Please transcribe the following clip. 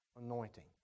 anointing